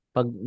Pag